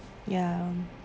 ya